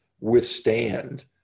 withstand